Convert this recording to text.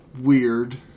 weird